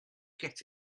get